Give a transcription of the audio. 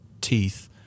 teeth